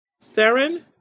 Saren